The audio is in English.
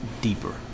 deeper